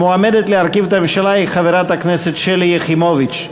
המועמדת להרכיב את הממשלה היא חברת הכנסת שלי יחימוביץ.